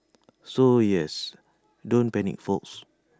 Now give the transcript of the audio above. so yes don't panic folks